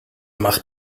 macht